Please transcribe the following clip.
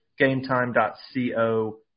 gametime.co